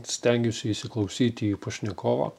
stengiuosi įsiklausyti į pašnekovą